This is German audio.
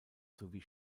sowie